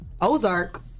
Ozark